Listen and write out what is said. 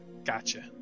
Gotcha